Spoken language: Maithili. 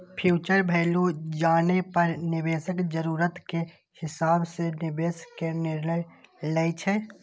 फ्यूचर वैल्यू जानै पर निवेशक जरूरत के हिसाब सं निवेश के निर्णय लै छै